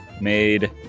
made